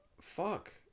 fuck